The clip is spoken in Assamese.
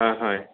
হয় হয়